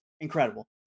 Incredible